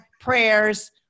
prayers